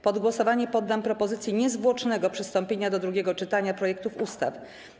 Pod głosowanie poddam propozycję niezwłocznego przystąpienia do drugiego czytania projektów ustaw.